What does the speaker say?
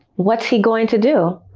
what's he going to do?